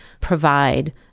provide